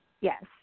Yes